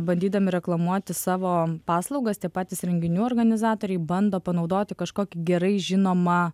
bandydami reklamuoti savo paslaugas tie patys renginių organizatoriai bando panaudoti kažkokį gerai žinomą